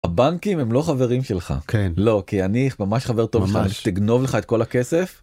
הבנקים הם לא חברים שלך כן לא כי אני ממש חבר טוב ממש תגנוב לך את כל הכסף.